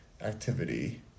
activity